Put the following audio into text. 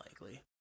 likely